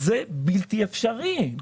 זה בלתי אפשרי.